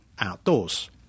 outdoors